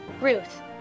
Ruth